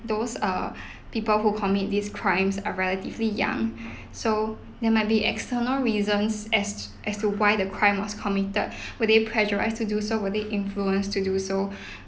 those uh people who commit these crimes are relatively young so there might be external reasons as as to why the crime was committed were they pressurised to do so were they influenced to do so